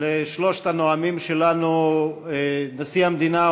לשלושת הנואמים שלנו: נשיא המדינה,